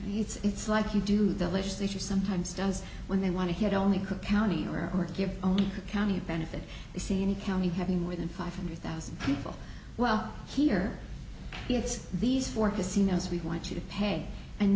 as it's like you do the legislature sometimes does when they want to hit only cook county or or give only county benefit they see any county having more than five hundred thousand people well here it's these forecasts you knows we want you to pay and